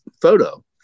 photo